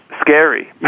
scary